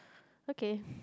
okay